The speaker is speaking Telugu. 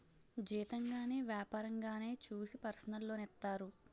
జీతం గాని వ్యాపారంగానే చూసి పర్సనల్ లోన్ ఇత్తారు